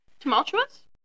Tumultuous